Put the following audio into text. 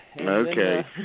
Okay